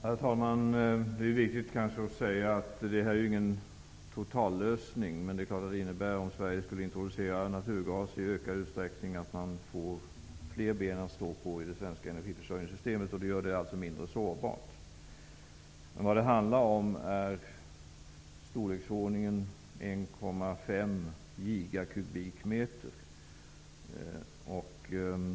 Herr talman! Det är kanske viktigt att säga att detta inte är någon totallösning. Men om Sverige skulle introducera naturgas i ökad utsträckning innebär det naturligtvis att man får fler ben att stå på i det svenska energiförsörjningssystemet. Det gör det mindre sårbart. Det rör sig om i storleksordningen 1,5 gigakubikmeter.